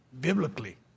biblically